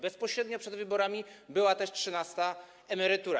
Bezpośrednio przez wyborami była też trzynasta emerytura.